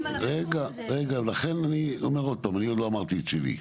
רגע, אני לא אמרתי את שלי,